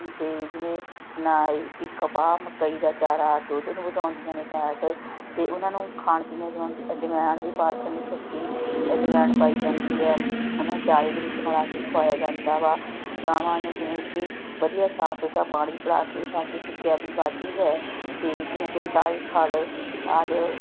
ਅਤੇ ਜਿਵੇਂ ਕਪਾਹ ਮਕਈ ਦਾ ਚਾਰਾ ਦੁੱਧ ਨੂੰ ਵਧਾਉਂਦੀਆਂ ਨੇ ਫੈਟ ਅਤੇ ਉਹਨਾਂ ਨੂੰ ਖਾਣ ਪੀਣ ਦੀ ਐਜਵੈਨ ਦੀ ਪਾਚਨ ਸ਼ਕਤੀ ਅਜਵਾਇਣ ਪਾਈ ਜਾਂਦੀ ਆ ਉਹਨਾਂ ਚਾਰੇ ਦੇ ਵਿੱਚ ਮਿਲਾ ਕੇ ਖਵਾਇਆ ਜਾਂਦਾ ਵਾ ਗਾਵਾਂ ਨੂੂੰ ਜਿਵੇਂ ਕਿ ਵਧੀਆ ਸਾਫ਼ ਸੁਥਰਾ ਪਾਣੀ ਪਿਲਾ ਕੇ ਵੀ ਪਾਚਨ ਸੀਖਿਆ ਵੀ ਵੱਧਦੀ ਹੈ ਅਤੇ ਜਿਵੇਂ ਕਿ ਸਾਰੀ ਖਾੜ ਆਦਿ